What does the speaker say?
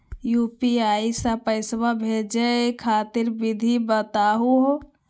UPI स पैसा भेजै खातिर विधि बताहु हो?